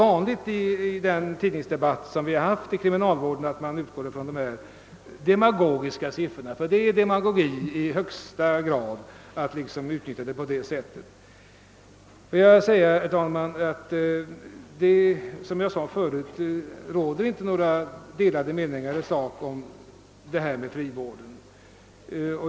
även i den tidningsdebatt, som förts om kriminalvården, har det varit vanligt att utgå från dessa demagogiska sifferuppgifter — det är nämligen i högsta grad fråga om demagogi när man framställer läget på detta sätt. Herr talman! Jag vill framhålla att det, såsom jag tidigare sagt, inte i sak råder några delade meningar om frivården.